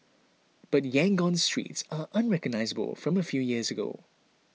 but Yangon's streets are unrecognisable from a few years ago